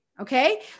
Okay